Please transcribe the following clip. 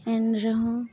ᱮᱱ ᱨᱮᱦᱚᱸ